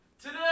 Today